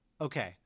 okay